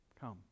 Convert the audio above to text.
come